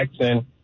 Jackson